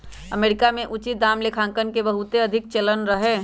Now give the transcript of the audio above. America में उचित दाम लेखांकन के बहुते अधिक चलन रहै